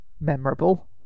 memorable